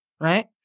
right